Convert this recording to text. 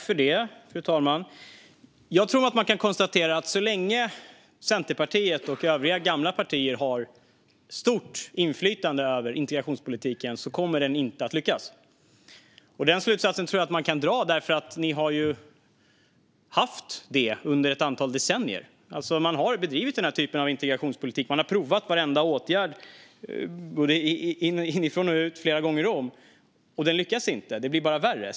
Fru talman! Jag tror att man kan konstatera att så länge Centerpartiet och övriga gamla partier har stort inflytande över integrationspolitiken kommer den inte att lyckas. Den slutsatsen tror jag att man kan dra eftersom ni har haft det inflytandet under ett antal decennier. Man har bedrivit den här typen av integrationspolitik. Man har prövat varenda åtgärd inifrån och ut flera gånger om, men man lyckas inte. Det blir bara värre.